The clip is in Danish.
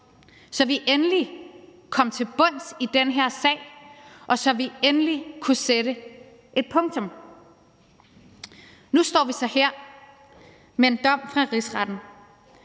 så vi endelig kom til bunds i den her sag, og så vi endelig kunne sætte et punktum. Nu står vi så her med en dom fra Rigsretten,